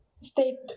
State